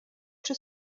czy